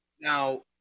now